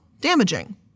damaging